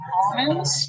almonds